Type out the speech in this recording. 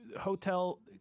Hotel